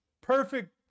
perfect